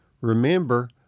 Remember